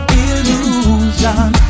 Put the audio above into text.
illusion